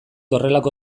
horrelako